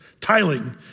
tiling